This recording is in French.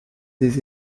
des